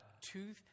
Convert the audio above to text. two